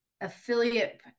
affiliate